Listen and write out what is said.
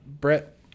Brett